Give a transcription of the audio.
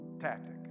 tactic